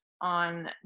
on